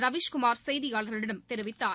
ரவிஷ் குமார் செய்தியாளர்களிடம் தெரிவித்தார்